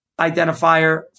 identifier